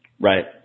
Right